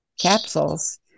capsules